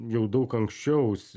jau daug anksčiau